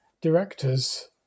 directors